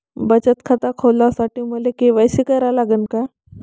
बचत खात खोलासाठी मले के.वाय.सी करा लागन का?